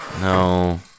No